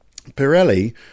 Pirelli